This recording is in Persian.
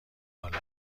بالا